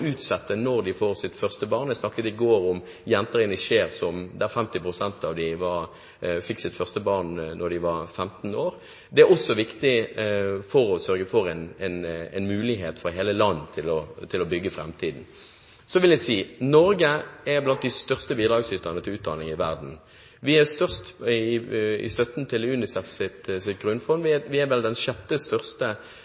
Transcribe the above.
utsette når de får sitt første barn. Jeg snakket i går om jenter i Niger, der 50 pst. av dem fikk sitt første barn før de var 15 år. Det er også viktig for å sørge for en mulighet for hele land til å bygge framtiden. Norge er blant de største bidragsyterne til utdanning i verden. Vi er størst i støtten til UNICEFs grunnfond. Vi